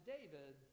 David